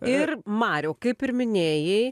ir mariau kaip ir minėjai